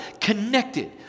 connected